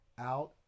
out